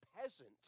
peasant